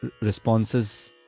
responses